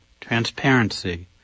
transparency